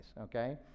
okay